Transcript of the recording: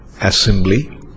assembly